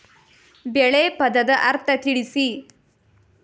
ಬೆಳೆ ಪದದ ಅರ್ಥ ತಿಳಿಸಿ?